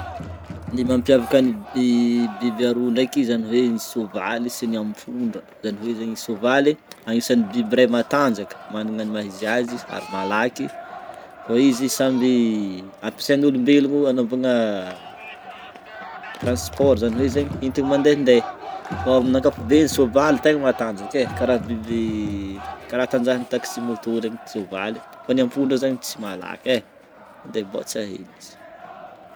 Ny mampiavaka ny biby aroa ndreky zany hoe sovaly sy ny apondra zany hoe zegny ny sovaly anisan'ny biby iray matanjaka managna ny maha izy azy ary malaky fa izy samby ampiasain'olombelogno anaovagna transport zany hoe zegny entiny mandehandeha fa amin'ny ankapobe ny sovaly tegna matanjaka e karaha biby karaha atanjahan'ny taxi moto regny sovaly e, fa ny ampondrana zany tsy malaky e, mande botsa hely izy.